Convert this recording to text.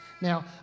Now